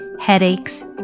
headaches